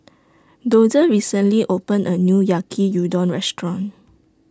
Dozier recently opened A New Yaki Udon Restaurant